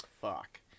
fuck